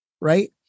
right